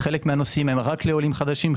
מהנושאים הם רק לעולים חדשים,